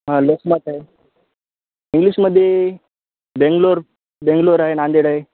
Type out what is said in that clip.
हा लोकामत आहे इंग्लिशमध्ये बेंगलोर बेंगलोर आहे नांदेड आहे